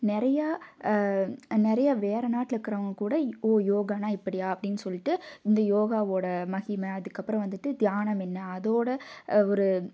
நிறையா நிறையா வேறு நாட்டில் இருக்கிறவங்க கூட ஓ யோகான்னா இப்படியா அப்படின்னு சொல்லிட்டு இந்த யோகாவோட மகிமை அதுக்கப்புறோம் வந்துவிட்டு தியானமென்ன அதோட ஒரு